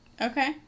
Okay